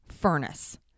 furnace